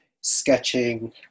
sketching